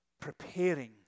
preparing